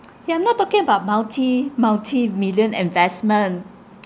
you're not talking about multi~ multi million investment